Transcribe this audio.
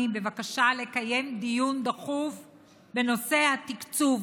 בבקשה לקיים דיון דחוף בנושא התקצוב,